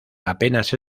apenas